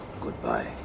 Goodbye